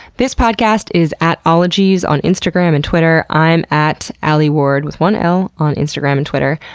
this podcast is at ologies on instagram and twitter. i'm at alieward with one l, on instagram and twitter.